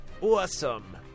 Awesome